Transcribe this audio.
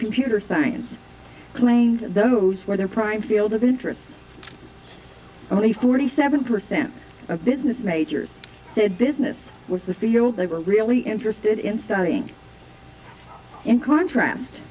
computer science claims those were their prime field of interest only forty seven percent of business majors said business was the field they were really interested in studying in contrast